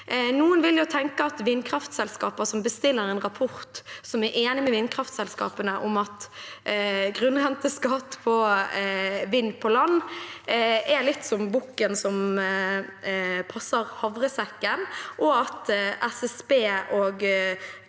Noen vil jo tenke at vindkraftselskaper som bestiller en rapport som er enig med vindkraftselskapene om en grunnrenteskatt på vind på land, er litt som bukken som passer hav resekken, og at SSB og